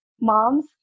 moms